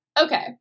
Okay